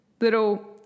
little